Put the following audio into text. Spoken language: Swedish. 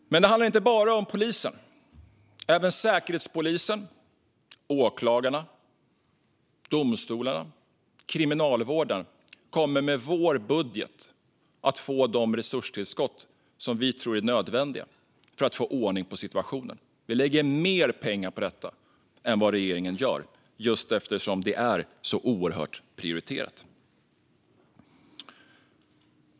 Men det handlar inte bara om polisen. Även Säkerhetspolisen, åklagarna, domstolarna och Kriminalvården kommer med vår budget att få de resurstillskott som vi tror är nödvändiga för att få ordning på situationen. Vi lägger mer pengar på detta än vad regeringen gör just eftersom det är så oerhört högt prioriterat.